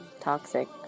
toxic